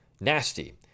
nasty